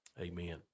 Amen